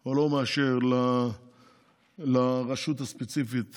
או לא מאשר לרשות הספציפית